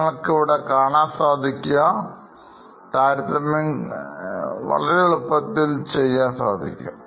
അങ്ങനെ വരുമ്പോൾ താരതമ്യംകൂടുതൽ നല്ലതാകുന്നു